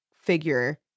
figure